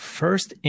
first